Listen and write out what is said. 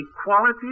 Equality